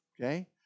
okay